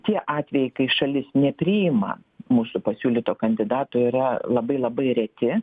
tie atvejai kai šalis nepriima mūsų pasiūlyto kandidato yra labai labai reti